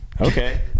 Okay